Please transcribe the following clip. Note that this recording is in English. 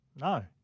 No